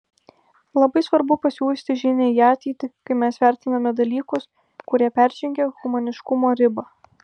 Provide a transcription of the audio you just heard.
labai svarbu pasiųsti žinią į ateitį kaip mes vertiname dalykus kurie peržengė humaniškumo ribą